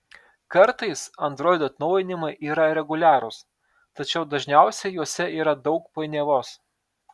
kartais android atnaujinimai yra reguliarūs tačiau dažniausiai juose yra daug painiavos